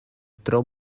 tro